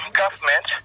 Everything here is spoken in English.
government